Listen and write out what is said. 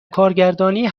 کارگردانی